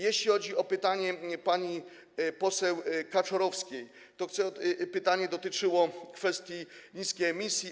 Jeśli chodzi o pytanie pani poseł Kaczorowskiej, to pytanie dotyczyło kwestii niskiej emisji.